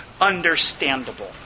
understandable